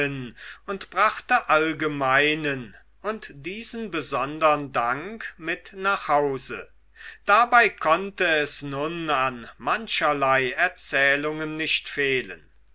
und brachte allgemeinen und diesen besondern dank mit nach hause dabei konnte es nun an mancherlei erzählungen nicht fehlen